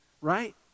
right